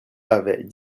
avait